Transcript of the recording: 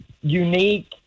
unique